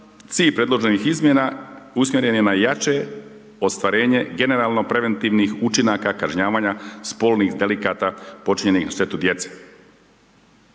Cilj predloženih izmjena usmjeren je na jače ostvarenje generalno preventivnih učinaka kažnjavanja spolnih delikata počinjenih na štetu djece.